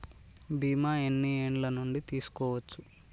బీమా ఎన్ని ఏండ్ల నుండి తీసుకోవచ్చు?